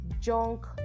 junk